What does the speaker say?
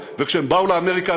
וכשהם באו לאמריקה,